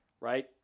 right